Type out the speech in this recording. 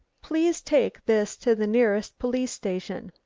please take this to the nearest police station.